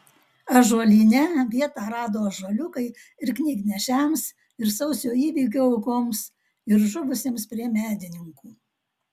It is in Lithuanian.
ąžuolyne vietą rado ąžuoliukai ir knygnešiams ir sausio įvykių aukoms ir žuvusiems prie medininkų